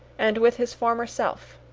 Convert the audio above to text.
and with his former self.